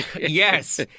yes